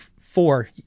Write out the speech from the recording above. four